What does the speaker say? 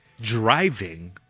driving